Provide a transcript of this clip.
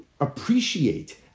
appreciate